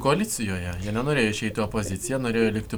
koalicijoje jie nenorėjo išeiti į opoziciją norėjo likti